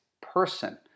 person